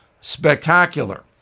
Spectacular